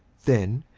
then,